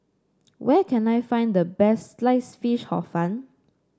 where can I find the best Sliced Fish Hor Fun